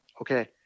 okay